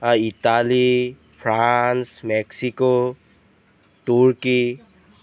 Italy France Mexico turkey